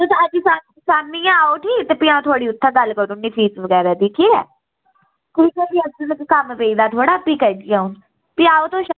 तुस अज्ज शामीं गै आओ उठी ते भी अ'ऊं थुआढ़ी उत्थै गल्ल करी ओड़नी फीस बगैरा दी ठीक ऐ ठीक ऐ भी अज्ज मिगी कम्म पेई दा थोह्ड़ा भी करगी अ'ऊं भी आओ तुस शामीं